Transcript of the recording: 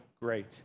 great